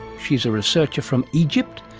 she is a researcher from egypt,